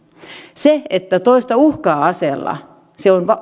se että toista uhkaa aseella on